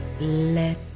Let